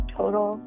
total